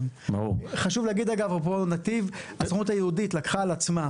חשוב להגיד שהסוכנות היהודית לקחה על עצמה